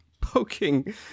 poking